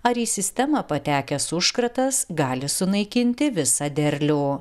ar į sistemą patekęs užkratas gali sunaikinti visą derlių